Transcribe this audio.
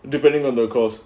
depending on the because